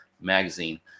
magazine